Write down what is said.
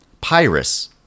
Pyrus